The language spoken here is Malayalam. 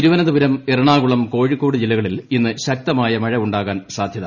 തിരുവനന്തപുരം എറണാകുളം കോഴിക്കോട് ജില്ലകളിൽ ഇന്ന് ശക്തമായ മഴ ഉണ്ടാകാൻ സാധ്യത